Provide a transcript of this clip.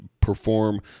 perform